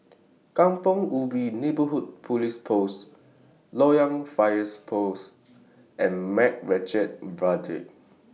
Kampong Ubi Neighbourhood Police Post Loyang Fire Post and Macritchie Viaduct